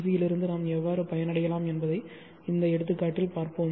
C யிலிருந்து நாம் எவ்வாறு பயனடையலாம் என்பதை இந்த எடுத்துக்காட்டில் பார்ப்போம்